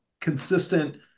consistent